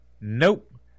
Nope